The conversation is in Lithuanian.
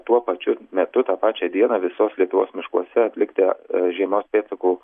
tuo pačiu metu tą pačią dieną visos lietuvos miškuose atlikti žiemos pėdsakų